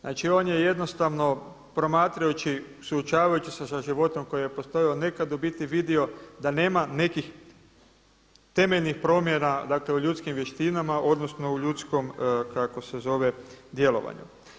Znači on je jednostavno promatrajući, suočavajući se sa životom koji je postojao nekad u biti vidio da nema nekih temeljnih promjena u ljudskim vještinama odnosno u ljudskom djelovanju.